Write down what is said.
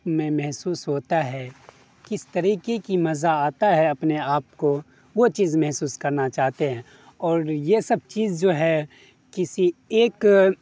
میں محسوس ہوتا ہے کس طریقے کی مزہ آتا ہے اپنے آپ کو وہ چیز محسوس کرنا چاہتے ہیں اور یہ سب چیز جو ہے کسی ایک